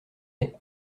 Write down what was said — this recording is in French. est